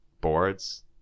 boards